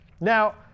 Now